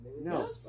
No